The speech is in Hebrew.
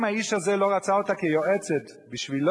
אם האיש הזה לא רצה אותה כיועצת בשבילו,